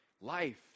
Life